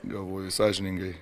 galvoju sąžiningai